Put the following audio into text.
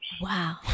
Wow